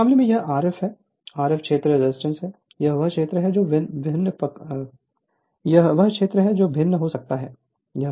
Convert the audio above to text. इस मामले में यह Rf है आरएफ क्षेत्र रेजिस्टेंस है यह वह क्षेत्र है जो भिन्न हो सकता है